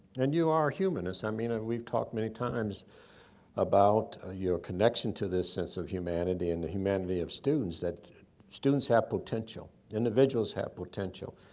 and you are a humanist. i mean, ah we've talked many times about ah your connection to this sense of humanity and the humanity of students, that students have potential. individuals have potential.